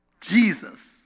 Jesus